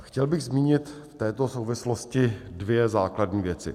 Chtěl bych zmínit v této souvislosti dvě základní věci.